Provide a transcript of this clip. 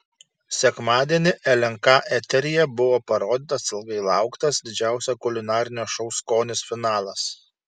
sekmadienį lnk eteryje buvo parodytas ilgai lauktas didžiausio kulinarinio šou skonis finalas